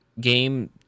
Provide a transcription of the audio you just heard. game